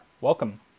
Welcome